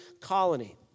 colony